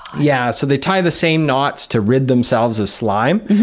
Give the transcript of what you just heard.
yeah. so, they tie the same knots to rid themselves of slime,